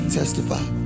testify